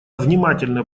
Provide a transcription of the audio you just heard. внимательно